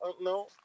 No